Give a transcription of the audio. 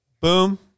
boom